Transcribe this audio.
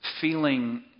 feeling